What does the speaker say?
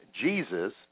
Jesus